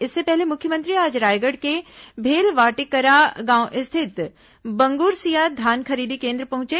इससे पहले मुख्यमंत्री आज रायगढ़ के भेलवाटिकरा गांव स्थित बंगुरसिया धान खरीदी केन्द्र पहुंचे